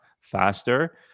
faster